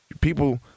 people